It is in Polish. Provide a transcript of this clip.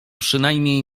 przynajmniej